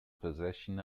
possession